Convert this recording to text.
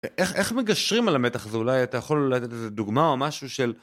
איך מגשרים על המתח הזה אולי אתה יכול לדעת איזה דוגמה או משהו של